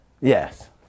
Yes